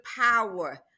power